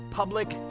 public